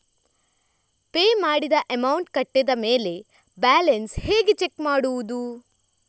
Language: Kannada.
ಪೇ ಮಾಡಿದ ಅಮೌಂಟ್ ಕಟ್ಟಿದ ಮೇಲೆ ಬ್ಯಾಲೆನ್ಸ್ ಹೇಗೆ ಚೆಕ್ ಮಾಡುವುದು?